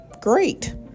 Great